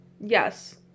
Yes